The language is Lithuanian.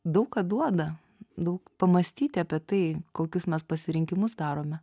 daug ką duoda daug pamąstyti apie tai kokius mes pasirinkimus darome